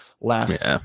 last